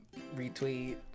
Retweet